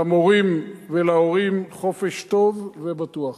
למורים ולהורים חופש טוב ובטוח.